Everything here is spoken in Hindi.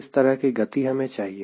किस तरह की गति हमें चाहिए